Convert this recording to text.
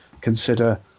consider